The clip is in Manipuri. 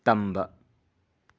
ꯇꯝꯕ